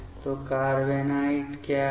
तो कार्बेनॉइड क्या है